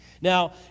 Now